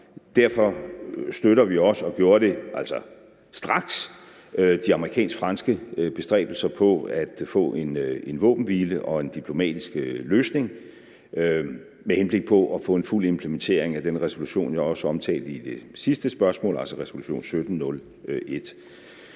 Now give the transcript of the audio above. Derfor har vi altså også straks støttet de amerikansk-franske bestræbelser på at få en våbenhvile og en diplomatisk løsning med henblik på at få en fuld implementering af den resolution, jeg også omtalte i forbindelse med det sidste spørgsmål, altså resolution 1701.